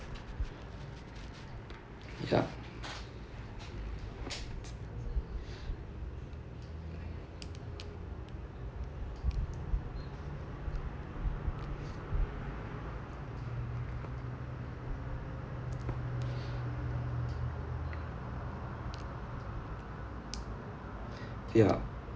ya ya